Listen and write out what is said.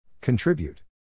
Contribute